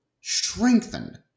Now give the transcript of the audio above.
strengthened